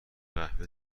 قهوه